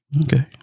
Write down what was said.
Okay